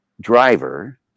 driver